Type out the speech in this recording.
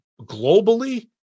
globally